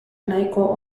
nahiko